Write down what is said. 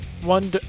one